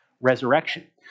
resurrection